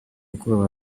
bwoba